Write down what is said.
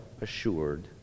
assured